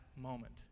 moment